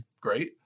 great